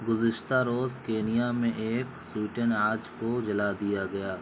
گزشتہ روز کینیا میں ایک سویٹن اناج کو جلا دیا گیا